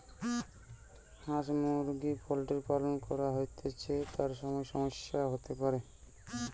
হাঁস মুরগি পোল্ট্রির পালন করা হৈতেছু, তার সময় সমস্যা হতে পারে